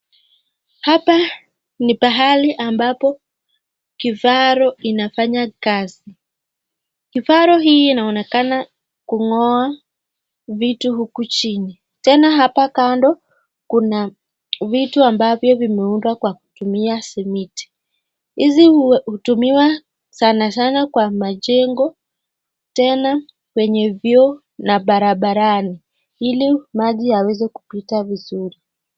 Hapa ni pahali ambapo kifaru inafanya kazi , kifaru hii inaonekana kung'oa vitu huku chini ,tena hapa kando kuna vitu ambavyo vimeundwa kwa kutumia simiti. Hizi hutumiwa sana sana kwa majengo tena kwenye vyoo na barabarani ili maji yaweze kupita vizuri.